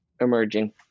emerging